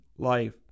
life